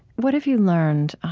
what have you learned